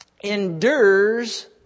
endures